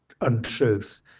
untruth